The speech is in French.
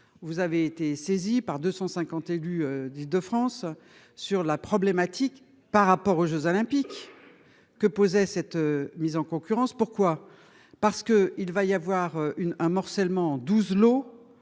Vous avez été saisi par 250 élus d'Île-de-France sur la problématique par rapport aux Jeux olympiques. Que posait cette mise en concurrence. Pourquoi parce que il va y avoir une un morcellement en 12 lots